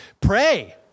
Pray